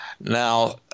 Now